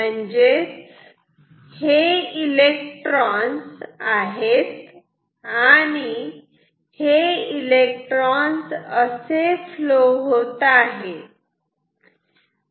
म्हणजेच हे इलेक्ट्रॉन्स आहेत आणि हे इलेक्ट्रॉन्स असे फ्लो होत आहेत